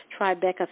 Tribeca